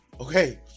okay